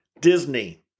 Disney